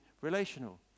relational